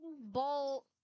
Ball